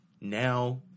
Now